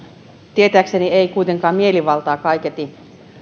tietääkseni ei kuitenkaan mielivaltaa kaiketi